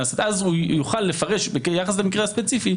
אז הוא יוכל לפרש, במקרה כזה ספציפי.